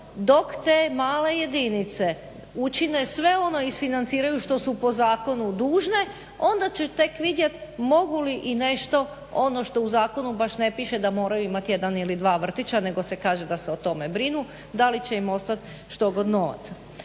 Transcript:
dok te male jedinice učine sve ono, isfinanciraju što su po zakonu dužne onda će tek vidjeti mogu li i nešto ono što u zakonu baš ne piše da moraju imat jedan ili dva vrtića nego se kaže da se o tome brinu da li će im ostati štogod novaca.